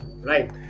right